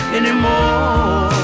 anymore